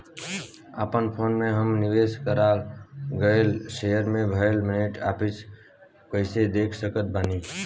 अपना फोन मे हम निवेश कराल गएल शेयर मे भएल नेट प्रॉफ़िट कइसे देख सकत बानी?